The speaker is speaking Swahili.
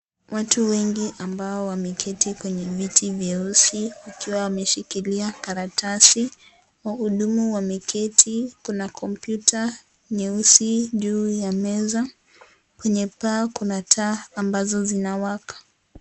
Watu wengi, ambao wameketi kwenye viti vyeusi wakiwa wameshikilia karatasi. Wahudumu wameketi. Kuna kompyuta nyeusi juu ya meza. Kwenye paa kuna taa ambazo zinawaka.